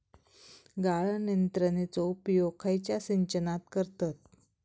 गाळण यंत्रनेचो उपयोग खयच्या सिंचनात करतत?